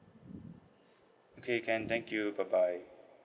okay can thank you bye bye